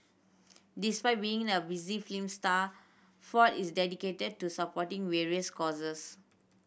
despite being a busy film star Ford is dedicated to supporting various causes